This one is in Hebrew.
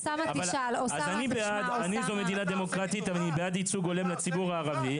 זו מדינה דמוקרטית ואני בעד ייצוג הולם לציבור הערבי,